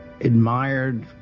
admired